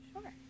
Sure